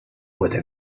boîtes